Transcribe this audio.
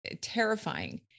terrifying